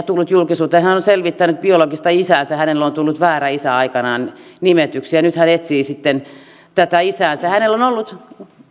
tullut julkisuuteen hän on selvittänyt biologista isäänsä hänelle on tullut väärä isä aikanaan nimetyksi ja nyt hän etsii sitten tätä isäänsä hänellä on ollut